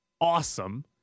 awesome